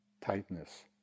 tightness